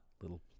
little